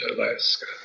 Alaska